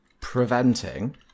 preventing